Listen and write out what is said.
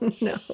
no